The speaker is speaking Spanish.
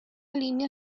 línea